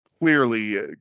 Clearly